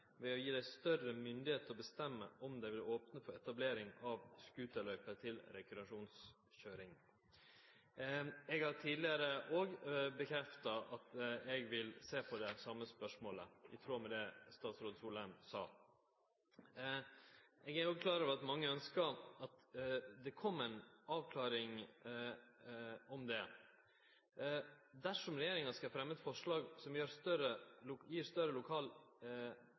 å gi dei større myndigheit til å bestemme om dei vil opne for etablering av scooterløype til rekreasjonskøyring. Eg har tidlegare bekrefta at eg vil sjå på det same spørsmålet, i tråd med det statsråd Solheim sa. Eg er òg klar over at mange ønskjer at det kjem ei avklaring på det. Dersom regjeringa skal fremme eit forslag som gir større